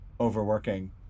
overworking